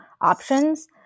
options